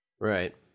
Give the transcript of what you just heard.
Right